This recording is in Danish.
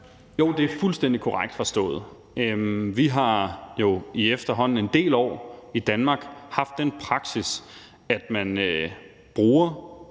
Jo, det er fuldstændig korrekt forstået. Vi har jo i efterhånden en del år i Danmark haft den praksis, at man bruger